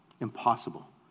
Impossible